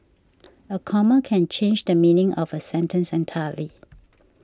a comma can change the meaning of a sentence entirely